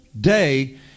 day